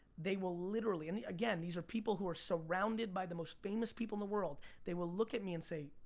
they will literally, and again, these are people who are surrounded by the most famous people in the world, they will look at me and say,